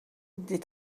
des